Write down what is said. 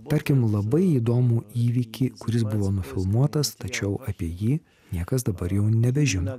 tarkim labai įdomų įvykį kuris buvo nufilmuotas tačiau apie jį niekas dabar jau nebežino